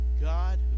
God